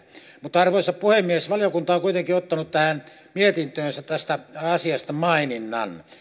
mutta arvoisa puhemies valiokunta on on kuitenkin ottanut tähän mietintöönsä tästä asiasta maininnan